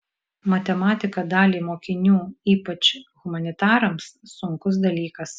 matematika daliai mokinių ypač humanitarams sunkus dalykas